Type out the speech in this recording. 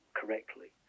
correctly